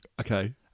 Okay